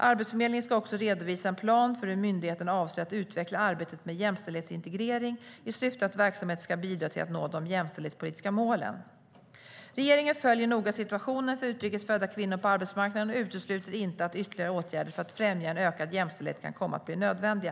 Arbetsförmedlingen ska också redovisa en plan för hur myndigheten avser att utveckla arbetet med jämställdhetsintegrering i syfte att verksamheten ska bidra till att nå de jämställdhetspolitiska målen. Regeringen följer noga situationen för utrikes födda kvinnor på arbetsmarknaden och utesluter inte att ytterligare åtgärder för att främja ökad jämställdhet kan komma att bli nödvändiga.